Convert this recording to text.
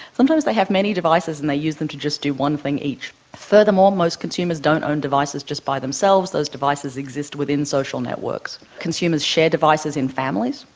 sometimes they have many devices and they use them to just do one thing each. furthermore, most consumers don't own devices just by themselves, those devices exist within social networks. consumers share devices in families,